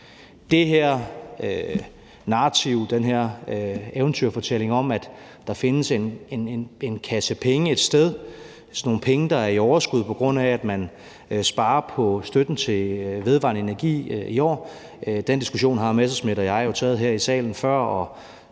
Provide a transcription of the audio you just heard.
den her eventyrfortælling om, at der findes en kasse penge et sted – sådan nogle penge, der er i overskud, på grund af at man sparer på støtten til vedvarende energi i år – er en diskussion, hr. Morten Messerschmidt og jeg jo har taget her i salen før.